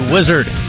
Wizard